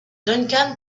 duncan